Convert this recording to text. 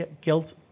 guilt